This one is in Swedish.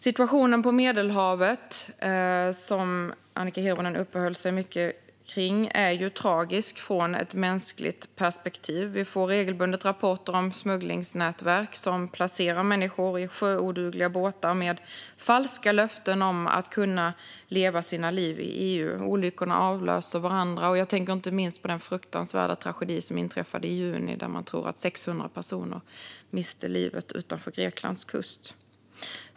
Situationen på Medelhavet, som Annika Hirvonen uppehöll sig mycket vid, är tragisk från ett mänskligt perspektiv. Vi får regelbundet rapporter om smugglingsnätverk som placerar människor i sjöodugliga båtar med falska löften om att kunna leva sina liv i EU. Olyckorna avlöser varandra. Jag tänker inte minst på den fruktansvärda tragedi som inträffade i juni, då man tror att 600 personer miste livet utanför Greklands kust.